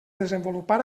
desenvolupar